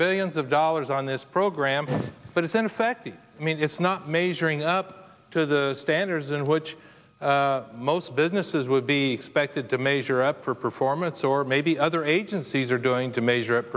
billions of dollars on this program but it's ineffective i mean it's not measuring up to the standards in which most businesses would be expected to measure up for performance or maybe other agencies are doing to measure